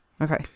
Okay